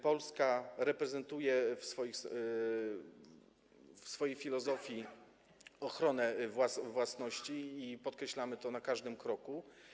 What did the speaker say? Polska reprezentuje w swojej filozofii ochronę własności i podkreślamy to na każdym kroku.